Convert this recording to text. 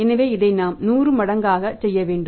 எனவே இதை நாம் 100 மடங்காக செய்ய வேண்டும்